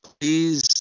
please